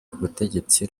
kubutegetsi